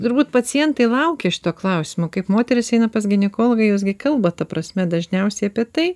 turbūt pacientai laukia šito klausimo kaip moterys eina pas ginekologą jos gi kalba ta prasme dažniausiai apie tai